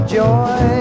joy